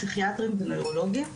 פסיכיאטרים ונוירולוגים,